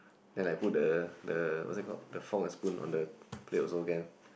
then I put the the what is it called the fork and spoon on the plate also can